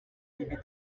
ibi